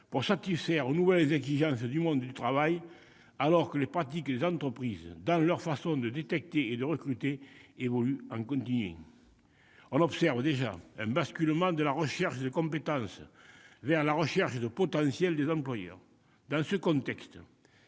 pour satisfaire aux nouvelles exigences du monde du travail alors que les pratiques des entreprises, dans leur façon de détecter et de recruter, évoluent continuellement ? On observe déjà un basculement de la « recherche de compétences » vers la « recherche de potentiels » des employeurs. Dans ce contexte,